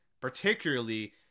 Particularly